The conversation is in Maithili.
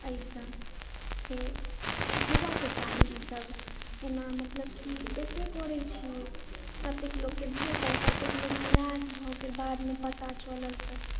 एहिसँ से होबऽके चाही ई सब एना मतलब कि देखबे करैत छियै कतेक लोकके भेटल कतेक लोक निराश भए गेल बादमे पता चलल तऽ